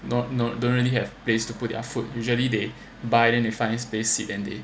don't really have place to put their food usually they buy then they find space sit then they